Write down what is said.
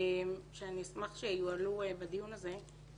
שאני אשמח שיועלו בדיון הזה: